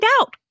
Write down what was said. out